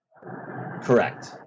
Correct